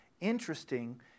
Interesting